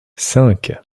cinq